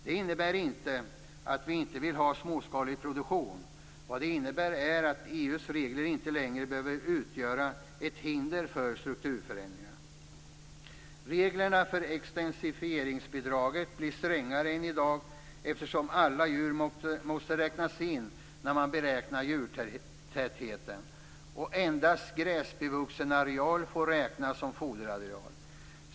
Detta innebär inte att vi inte vill ha småskalig produktion, utan det innebär att EU:s regler inte längre behöver utgöra ett hinder för strukturförändringar. Reglerna för extensifieringsbidraget blir strängare än i dag, eftersom alla djur måste räknas in när man beräknar djurtätheten, och endast gräsbevuxen areal får räknas som foderareal.